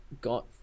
got